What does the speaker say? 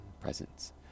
presence